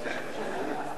בבקשה, גברתי.